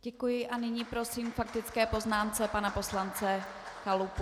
Děkuji a nyní prosím k faktické poznámce pana poslance Chalupu.